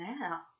now